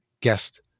guest